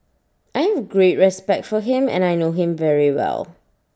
I have great respect for him and I know him very well